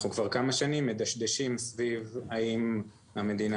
אנחנו כבר כמה שנים מדשדשים סביב האם המדינה